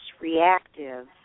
reactive